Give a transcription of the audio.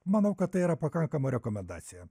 manau kad tai yra pakankama rekomendacija